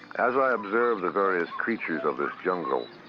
as i observed the various creatures of this jungle,